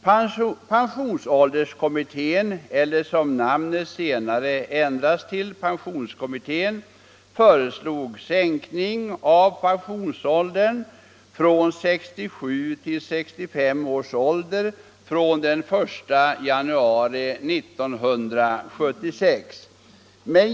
Pensionsålderskommittén eller — som namnet senare ändrats till — pensionskommittén föreslog att en sänkning av pensionsåldern skulle ske från 67 till 65 års ålder från den 1 januari 1976.